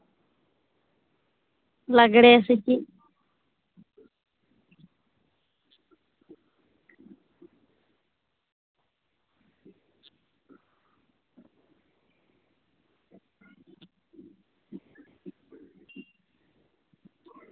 ᱞᱟᱜᱽᱬᱮ ᱥᱮ ᱪᱮᱫ